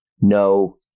no